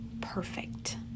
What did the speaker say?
perfect